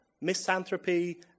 misanthropy